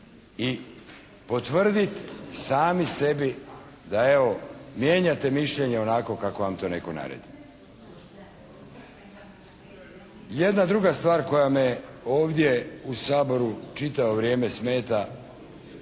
i potvrditi sami sebi da evo mijenjate mišljenje onako kako vam to netko naredi. Jedna druga stvar koja me ovdje u Saboru čitavo vrijeme smeta,